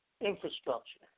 infrastructure